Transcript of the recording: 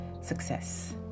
success